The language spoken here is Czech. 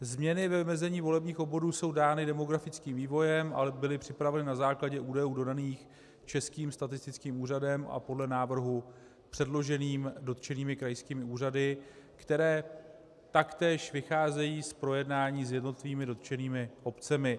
Změny ve vymezení volebních obvodů jsou dány demografickým vývojem, ale byly připraveny na základě údajů dodaných Českým statistickým úřadem, a podle návrhu předloženým (?) dotčenými krajskými úřady, které taktéž vycházejí z projednání s jednotlivými dotčenými obcemi.